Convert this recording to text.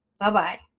Bye-bye